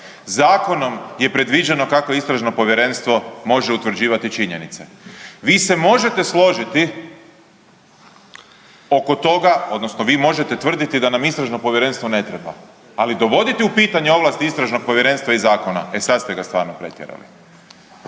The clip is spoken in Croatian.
Zakonom je predviđeno kako istražno povjerenstvo može utvrđivati činjenice. Vi se možete složiti oko toga, odnosno vi možete tvrditi da nam istražno povjerenstvo ne treba. Ali dovoditi u pitanje istražnog povjerenstva i zakona e sad ste ga stvarno pretjerali.